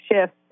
shift